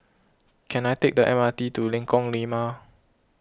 can I take the M R T to Lengkok Lima